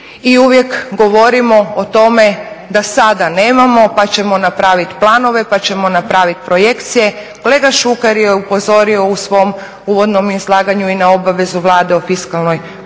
i uvijek govorimo o tome da sada nemamo pa ćemo napravit planove, pa ćemo napravit projekcije. Kolega Šuker je upozorio u svom uvodnom izlaganju i na obavezu Vlade o fiskalnoj politici,